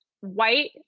white